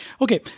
Okay